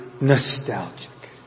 nostalgic